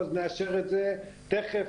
נאשר את זה תיכף,